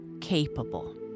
capable